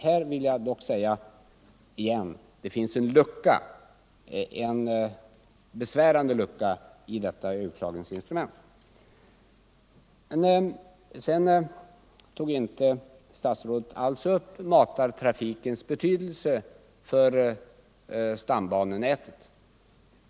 Här vill jag bara säga än en gång att det finns en besvärande lucka i överklagningsinstrumentet. Sedan tog statsrådet inte upp matartrafikens betydelse för stambanenätet.